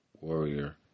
Warrior